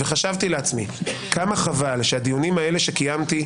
וחשבתי לעצמי: כמה חבל שהדיונים האלה שקיימתי,